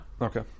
Okay